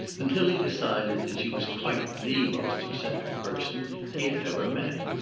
until he decided that she was quite the most eccentric person he had ever met.